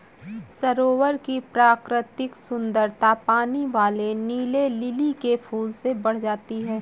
सरोवर की प्राकृतिक सुंदरता पानी वाले नीले लिली के फूल से बढ़ जाती है